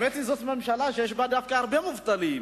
האמת היא שזאת ממשלה שיש בה דווקא הרבה מובטלים.